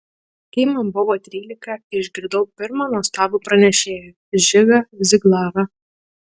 kai man buvo trylika išgirdau pirmą nuostabų pranešėją žigą ziglarą